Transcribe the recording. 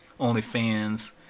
OnlyFans